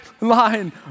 line